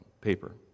paper